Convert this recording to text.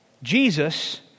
Jesus